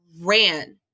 ran